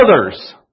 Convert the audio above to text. others